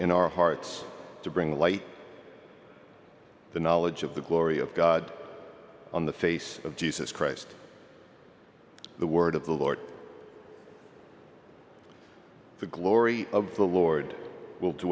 in our hearts to bring light the knowledge of the glory of god on the face of jesus christ the word of the lord the glory of the lord will d